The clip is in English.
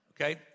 Okay